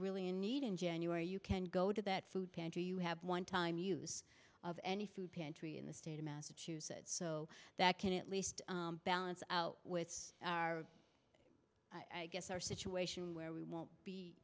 really in need in january you can go to that food pantry you have one time use of any food pantry in the state of massachusetts so that can at least balance out with our i guess our situation where we won't